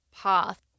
path